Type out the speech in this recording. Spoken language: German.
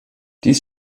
dies